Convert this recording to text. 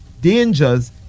dangers